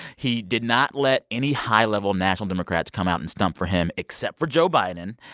he did not let any high-level national democrats come out and stump for him except for joe biden.